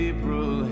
April